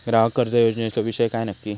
ग्राहक कर्ज योजनेचो विषय काय नक्की?